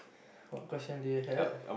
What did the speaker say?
what question do you have